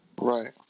Right